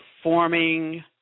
performing